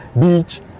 Beach